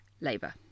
Labour